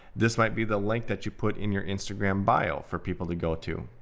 this might be the link that you put in your instagram bio for people to go to.